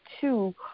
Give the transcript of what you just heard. two